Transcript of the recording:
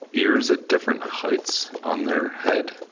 ears at different heights on their head.